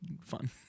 fun